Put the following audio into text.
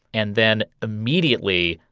and then immediately,